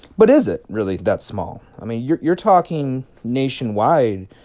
but is it really that small? i mean, you're you're talking nationwide.